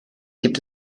gibt